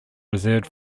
reserved